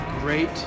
great